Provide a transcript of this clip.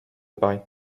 paris